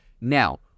now